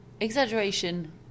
Exaggeration